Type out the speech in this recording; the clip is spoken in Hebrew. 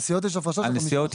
כן.